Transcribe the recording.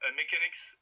mechanics